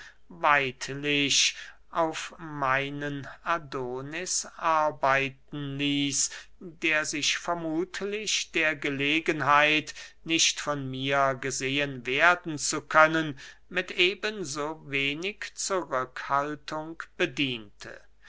weidlich auf meinen adonis arbeiten ließ der sich vermuthlich der gelegenheit nicht von mir gesehen werden zu können mit eben so wenig zurückhaltung bediente